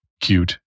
cute